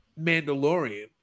Mandalorian